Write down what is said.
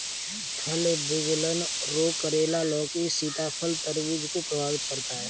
फल विगलन रोग करेला, लौकी, सीताफल, तरबूज को प्रभावित करता है